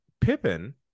Pippin